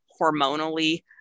hormonally